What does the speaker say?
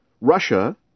russia